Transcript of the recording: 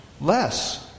less